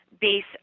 base